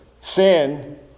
sin